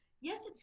Yes